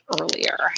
earlier